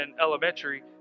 elementary